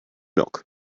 milk